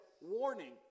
warning